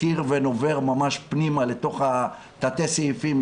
מכיר ונובר ממש פנימה לתוך תתי הסעיפים,